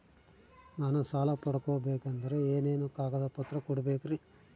ನಾನು ಸಾಲ ಪಡಕೋಬೇಕಂದರೆ ಏನೇನು ಕಾಗದ ಪತ್ರ ಕೋಡಬೇಕ್ರಿ?